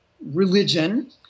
religion